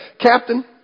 Captain